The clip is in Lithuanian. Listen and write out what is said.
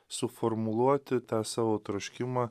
suformuluoti tą savo troškimą